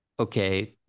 okay